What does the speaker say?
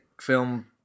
film